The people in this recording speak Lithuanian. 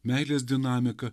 meilės dinamiką